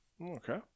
Okay